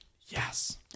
Yes